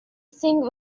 think